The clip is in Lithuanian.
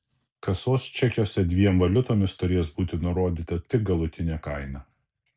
kasos čekiuose dviem valiutomis turės būti nurodyta tik galutinė kaina